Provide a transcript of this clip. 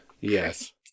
Yes